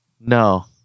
No